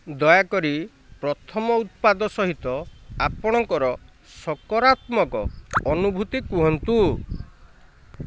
ଦୟାକରି ପ୍ରଥମ ଉତ୍ପାଦ ସହିତ ଆପଣଙ୍କର ସକରାତ୍ମକ ଅନୁଭୂତି କୁହନ୍ତୁ